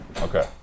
Okay